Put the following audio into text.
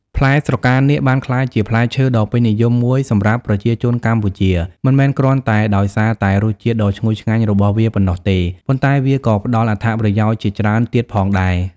ផ្លែស្រកានាគបានក្លាយជាផ្លែឈើដ៏ពេញនិយមមួយសម្រាប់ប្រជាជនកម្ពុជា មិនមែនគ្រាន់តែដោយសារតែរសជាតិដ៏ឈ្ងុយឆ្ងាញ់របស់វាប៉ុណ្ណោះទេ ប៉ុន្តែវាក៏ផ្ដល់អត្ថប្រយោជន៍ជាច្រើនទៀតផងដែរ។